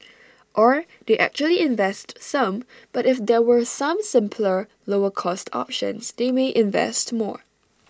or they actually invest some but if there were some simpler lower cost options they may invest more